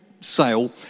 sale